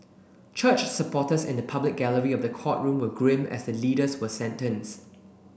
church supporters in the public gallery of the courtroom were grim as the leaders were sentenced